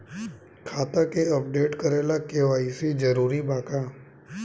खाता के अपडेट करे ला के.वाइ.सी जरूरी बा का?